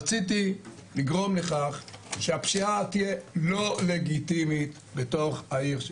רציתי לגרום לכך שהפשיעה תהיה לא לגיטימית בתוך העיר.